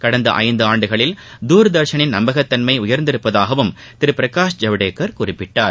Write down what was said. கடந்த ஐந்து ஆண்டுகளில் தூர்தர்ஷனின் நம்பகத்தன்மை உயர்ந்துள்ளதாகவும் திரு பிரகாஷ் ஜவடேக்கர் குறிப்பிட்டார்